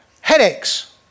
Headaches